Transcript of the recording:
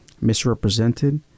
misrepresented